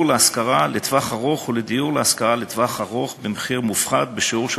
להשכרה לטווח ארוך ולדיור להשכרה לטווח ארוך במחיר מופחת בשיעור של